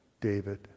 David